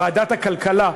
ועדת הכלכלה,